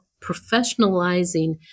professionalizing